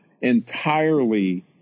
entirely